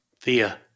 Thea